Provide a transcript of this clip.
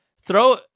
throw